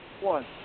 one